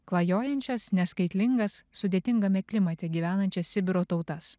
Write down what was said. klajojančias neskaitlingas sudėtingame klimate gyvenančias sibiro tautas